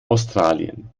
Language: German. australien